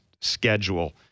schedule